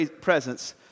presence